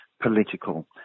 political